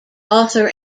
author